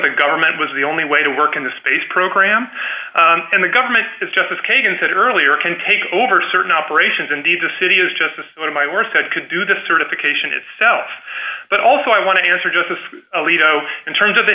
the government was the only way to work in the space program and the government of justice kagan said earlier can take over certain operations indeed the city is justice one of my worst that could do the certification itself but also i want to answer justice alito in terms of the